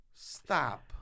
Stop